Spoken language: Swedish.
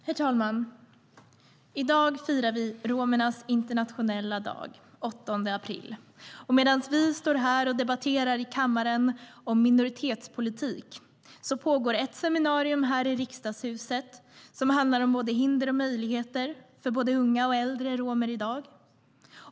Herr talman! I dag firar vi romernas internationella dag, den 8 april. Medan vi debatterar minoritetspolitik här i kammaren pågår ett seminarium här i Riksdagshuset om både hinder och möjligheter för unga och äldre romer i dag.